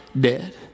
dead